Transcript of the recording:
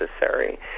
necessary